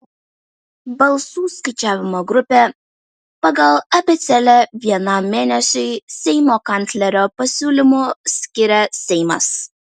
balsų skaičiavimo grupę pagal abėcėlę vienam mėnesiui seimo kanclerio pasiūlymu skiria seimas